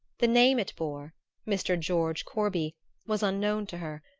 the name it bore mr. george corby was unknown to her,